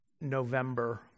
November